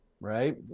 Right